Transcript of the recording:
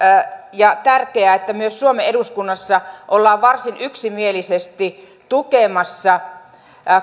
ja tärkeää että myös suomen eduskunnassa ollaan varsin yksimielisesti tukemassa